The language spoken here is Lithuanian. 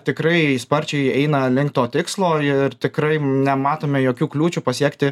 tikrai sparčiai eina link to tikslo ir tikrai nematome jokių kliūčių pasiekti